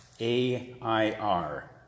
A-I-R